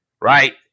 Right